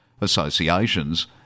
associations